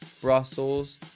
Brussels